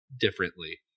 differently